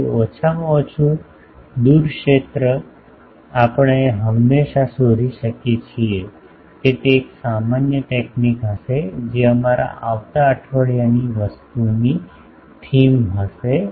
તેથી ઓછામાં ઓછું દૂર ક્ષેત્ર આપણે હંમેશાં શોધી શકીએ છીએ કે તે એક સામાન્ય તકનીક હશે જે અમારા આવતા અઠવાડિયાની વસ્તુની થીમ હશે